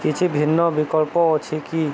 କିଛି ଭିନ୍ନ ବିକଳ୍ପ ଅଛି କି